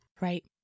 Right